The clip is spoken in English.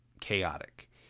chaotic